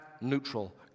neutral